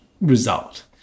result